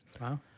Wow